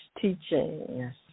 teaching